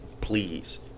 please